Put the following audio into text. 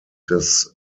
des